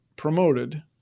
promoted